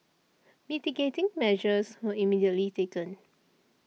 mitigating measures were immediately taken